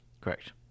Correct